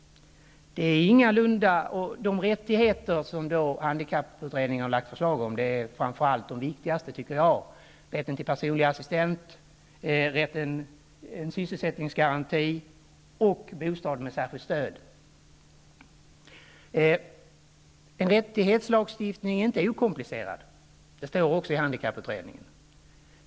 De viktigaste rättigheter som utredningen föreslog var rätten till personlig assistent, en sysselsättningsgaranti och rätten till bostad med särskilt stöd. En rättighetslagstiftning är inte okomplicerad, som det också står i handikapputredningen.